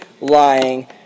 lying